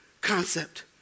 concept